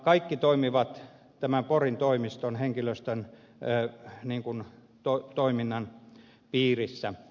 kaikki toimivat tämän porin toimiston henkilöstön toiminnan piirissä